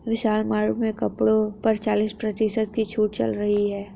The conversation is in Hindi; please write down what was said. विशाल मार्ट में कपड़ों पर चालीस प्रतिशत की छूट चल रही है